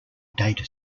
data